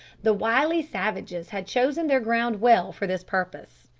the wily savages had chosen their ground well for this purpose.